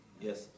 yes